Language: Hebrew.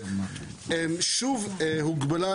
וזה משהו שמכירים,